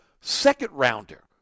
second-rounder